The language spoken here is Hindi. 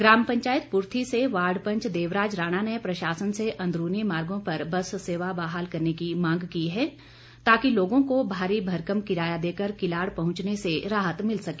ग्राम पंचायत पूर्थी से वार्ड पंच देवराज राणा ने प्रशासन से अंदरूनी मार्गो पर बस सेवा बहाल करने की मांग की है ताकि लोगों को भारी भरकम किराया देकर किलाड़ पहुंचने से राहत मिल सके